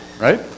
right